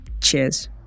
Cheers